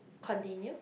continue